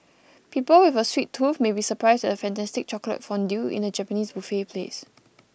people with a sweet tooth may be surprised at a fantastic chocolate fondue in a Japanese buffet place